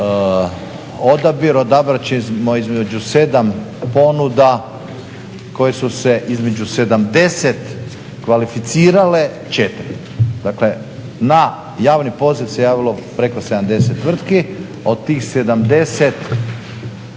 odabir, odabrat ćemo između sedam ponuda koje su se između 70 kvalificirale, četiri. Dakle na javni poziv se javilo preko 70 tvrtki, od tih 70 sedam je